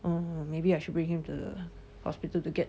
um maybe I should bring him to the hospital to get